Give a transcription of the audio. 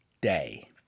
day